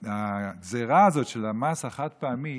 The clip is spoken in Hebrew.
הגזרה הזאת של המס על החד-פעמי,